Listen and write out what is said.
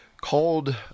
called